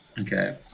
Okay